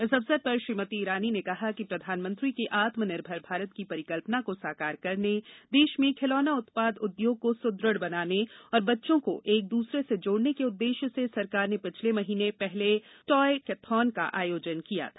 इस अवसर पर श्रीमती ईरानी ने कहा कि प्रधानमंत्री के आत्म निर्भर भारत की परिकल्पना को साकार करने देश में खिलौना उत्पाद उद्योग को सुदृढ बनाने और बच्चों को एक दूसरे से जोडने के उद्देश्य से सरकार ने पिछले महीने पहले टॉय केथॉन का आयोजन किया था